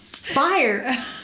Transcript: Fire